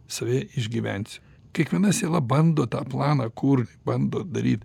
save išgyvensiu kiekviena siela bando tą planą kur bando daryt